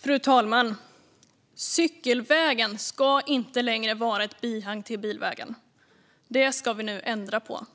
Fru talman! Cykelvägen ska inte längre vara ett bihang till bilvägen - det ska vi nu ändra på!